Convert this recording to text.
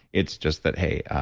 it's just that, hey,